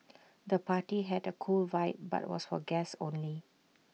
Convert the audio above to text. the party had A cool vibe but was for guests only